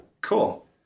Cool